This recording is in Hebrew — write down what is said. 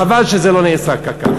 חבל שזה לא נעשה כך.